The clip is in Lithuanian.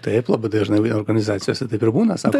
taip labai dažnai organizacijose taip ir būna sako